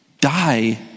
die